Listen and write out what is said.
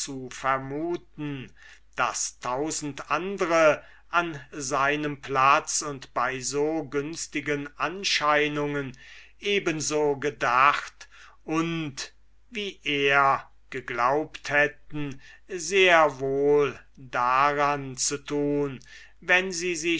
zu vermuten daß tausend andre an seinem platz und bei so günstigen anscheinungen eben so gedacht und wie er geglaubt hätten sehr wohl daran zu tun wenn sie